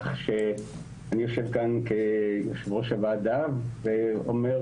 כך שאני יושב כאן כיושב ראש הוועדה ואומר